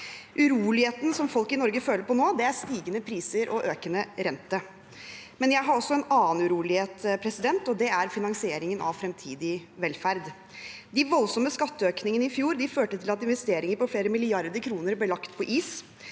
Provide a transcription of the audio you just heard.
Uroligheten som folk i Norge føler på nå, er stigende priser og økende rente. Jeg har også en annen urolighet, og det er finansieringen av fremtidig velferd. De voldsomme skatteøkningene i fjor førte til at investeringer på flere milliarder kroner ble lagt på is.